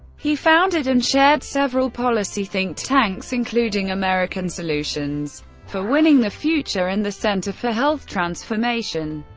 he founded and chaired several policy think tanks, including american solutions for winning the future and the center for health transformation.